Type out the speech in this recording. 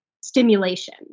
stimulation